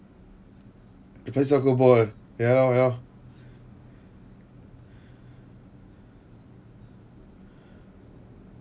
play soccer ball ya loh ya loh